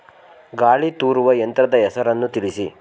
ಗಾಳಿ ತೂರುವ ಯಂತ್ರದ ಹೆಸರನ್ನು ತಿಳಿಸಿ?